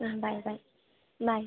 ಹಾಂ bye bye ಬಾಯ್